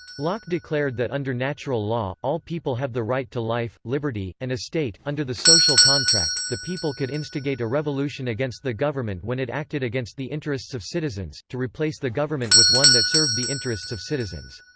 locke declared that under natural law, all people have the right to life, liberty, and estate under the social contract, the people could instigate a revolution against the government when it acted against the interests of citizens, to replace the government with one that served the interests of citizens.